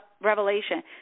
Revelation